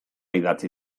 idatzi